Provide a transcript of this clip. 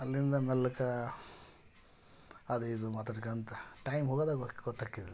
ಅಲ್ಲಿಂದ ಮೆಲ್ಲಕೆ ಅದು ಇದು ಮಾತಾಡ್ಕೊಂತ ಟೈಮ್ ಹೋಗದೆ ಗೊತ್ತಾಗಿದ್ದಿಲ್ಲ ಮತ್ತೆ